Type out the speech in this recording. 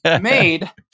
Made